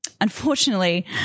unfortunately